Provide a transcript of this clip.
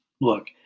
look